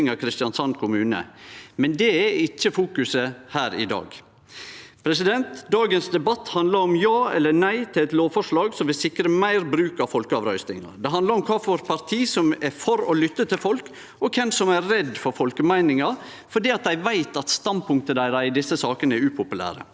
av Kristiansand kommune, men det er ikkje fokuset her i dag. Dagens debatt handlar om ja eller nei til eit lovforslag som vil sikre meir bruk av folkeavrøystingar. Det handlar om kva for parti som er for å lytte til folk, og kven som er redd for folkemeininga fordi dei veit at standpunkta deira i desse sakene er upopulære.